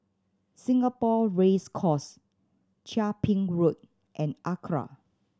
Singapore Race Course Chia Ping Road and ACRA